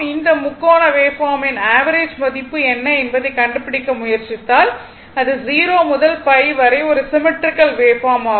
இந்த முக்கோண வேவ்பார்மின் ஆவரேஜ் மதிப்பு என்ன என்பதைக் கண்டுபிடிக்க முயற்சித்தால் அது 0 முதல் π வரை ஒரு சிம்மெட்ரிக்கல் வேவ்பார்ம் ஆகும்